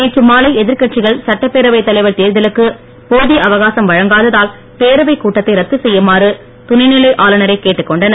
நேற்று மாலை எதிர்கட்சிகள் சட்டப்பேரவை தலைவர் தேர்தலுக்கு போதிய அவகாசம் வழங்காததால் பேரவை கூட்டத்தை ரத்து செய்யுமாறு துணை நிலை ஆளுநரை கேட்டுக் கொண்டனர்